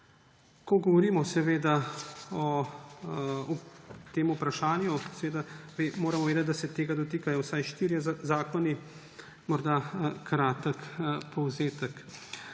Ko govorimo o tem vprašanju, moramo vedeti, da se tega dotikajo vsaj štirje zakoni. Morda kratek povzetek.